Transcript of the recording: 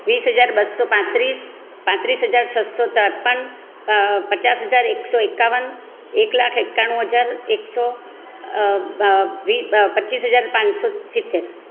વીસ હજાર બસો પાંત્રીસ પાંત્રીસ હજાર છસો ત્રેપન પચાસ હજાર એકસો એકાવન એક લાખ એકાણું હજાર એકસો પચીસ હજાર પાંચસો સિત્તેર